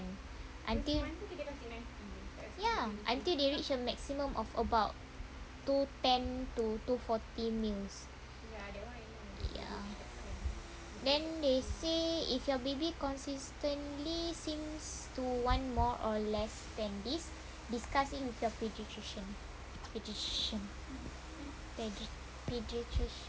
until ya until they reach a maximum of about two ten to two forty M_L ya then they say if your baby consistently seems to want more or less than this discuss this with your pediatrician pediatrician pedi~ pediatrician